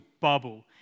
bubble